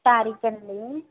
తారీఖా అండీ